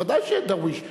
בוודאי שיהיה דרוויש.